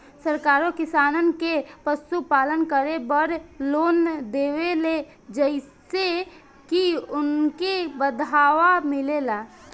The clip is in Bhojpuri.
सरकारो किसानन के पशुपालन करे बड़ लोन देवेले जेइसे की उनके बढ़ावा मिलेला